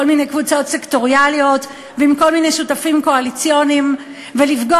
מיני קבוצות סקטוריאליות ועם כל מיני שותפים קואליציוניים ולפגוע